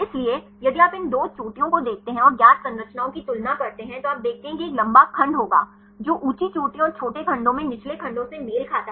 इसलिए यदि आप इन दो चोटियों को देखते हैं और ज्ञात संरचनाओं की तुलना करते हैं तो आप देखते हैं कि एक लंबा खंड होगा जो ऊंची चोटियों और छोटे खंडों में निचले खंडों से मेल खाता है